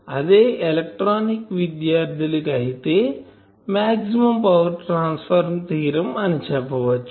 అదే ఎలక్ట్రానిక్ విద్యార్థులకు అయితే మాక్సిమం పవర్ ట్రాన్స్ఫర్ థీరం అని చెప్పవచ్చు